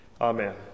amen